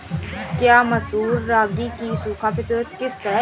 क्या मसूर रागी की सूखा प्रतिरोध किश्त है?